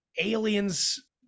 aliens